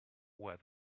where